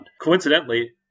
Coincidentally